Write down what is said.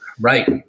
Right